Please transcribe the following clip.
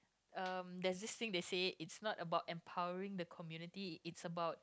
um there's this thing they say it's not about empowering the community it's about